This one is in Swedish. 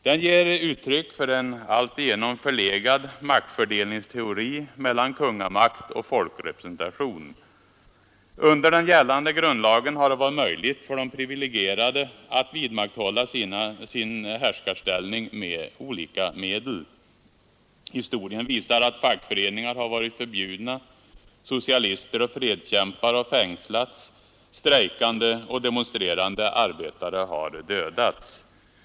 Den ger uttryck för en alltigenom förlegad maktfördelningsteori mellan kungamakt och folkrepresentation. Under den gällande grundlagen har det varit möjligt för de privilegierade att vidmakthålla sin härskarställning med olika medel. Historien visar att fackföreningar har varit förbjudna, socialister och fredskämpar har fängslats. Strejkande och demonstrerande arbetare har dödats.